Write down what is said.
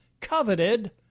coveted